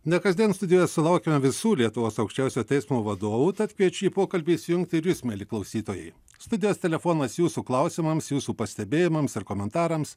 ne kasdien studijoje sulaukiame visų lietuvos aukščiausiojo teismo vadovų tad kviečiu į pokalbį įsijungti ir jūs mieli klausytojai studijos telefonas jūsų klausimams jūsų pastebėjimams ar komentarams